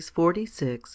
46